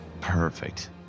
perfect